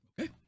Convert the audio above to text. Okay